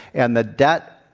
and the debt,